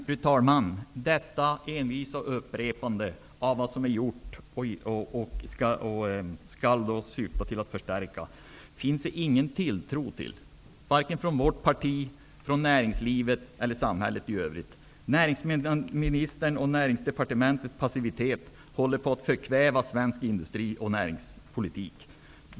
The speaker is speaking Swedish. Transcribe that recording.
Fru talman! Detta envisa upprepande av vad som gjorts och som syftar till en förstärkning finns det ingen tilltro till, vare sig från vårt partis sida eller från näringslivet eller samhället i övrigt. Näringsministerns och Näringsdepartementets passivitet håller på att förkväva svensk industri och näringspolitik.